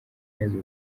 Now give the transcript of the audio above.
neza